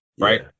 Right